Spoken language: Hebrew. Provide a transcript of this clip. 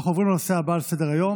אנחנו עוברים לנושא הבא על סדר-היום,